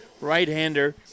right-hander